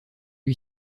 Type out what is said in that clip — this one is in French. lui